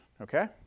okay